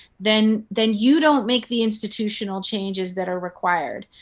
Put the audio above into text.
then then you don't make the institutional changes that are required.